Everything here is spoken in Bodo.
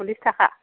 सल्लिस थाखा